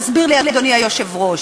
תסביר לי, אדוני היושב-ראש.